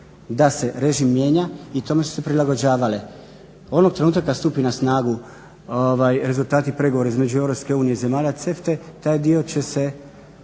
da se režim mijenja i tome su se prilagođavale. Onog trenutka kada stupi na snagu rezultati pregovora između EU i zemalja CEFTA-e taj dio će se